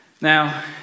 Now